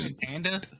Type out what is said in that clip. panda